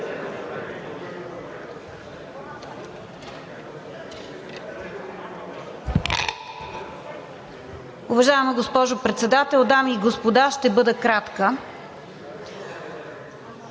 Уважаема госпожо Председател, дами и господа, ще бъда кратка.